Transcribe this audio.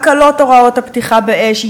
הקלת הוראות הפתיחה באש,